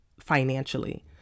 financially